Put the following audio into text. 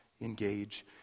engage